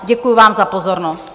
Děkuji vám za pozornost.